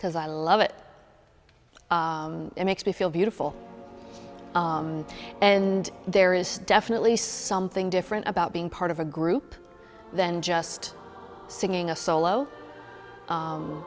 because i love it it makes me feel beautiful and there is definitely something different about being part of a group than just singing a solo